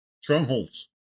strongholds